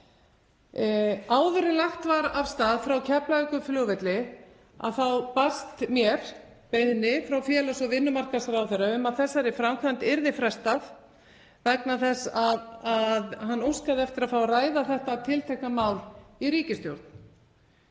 Áður en lagt var af stað frá Keflavíkurflugvelli barst mér beiðni frá félags- og vinnumarkaðsráðherra um að þessari framkvæmd yrði frestað vegna þess að hann óskaði eftir að fá að ræða þetta tiltekna mál í ríkisstjórn.